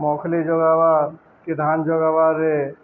ମଖଲି ଯୋଗାବାର୍ କି ଧାନ ଯୋଗାବାର୍ରେ